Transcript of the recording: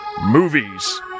Movies